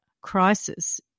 crisis